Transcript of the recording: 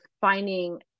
finding